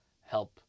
help